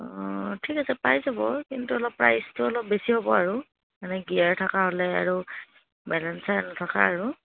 ঠিক আছে পাই যাব কিন্তু অলপ প্ৰাইছটো অলপ বেছি হ'ব আৰু মানে কি গিয়েৰ থকা হ'লে আৰু বেলেঞ্চাৰ নথকা আৰু